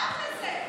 הצבעת לזה,